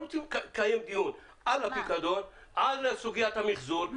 אנחנו רוצים לקיים דיון על הפיקדון ועל סוגיית המיחזור,